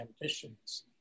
ambitions